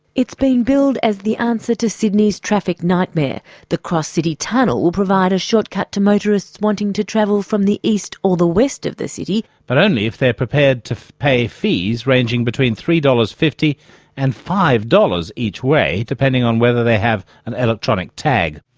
it's been billed as the answer to sydney's traffic nightmare the cross city tunnel will provide a short-cut to motorists wanting to travel from the east or the west of the city. but only if they're prepared to pay fees ranging between three dollars. fifty and five dollars each way, depending on whether they have an electronic tag.